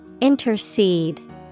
Intercede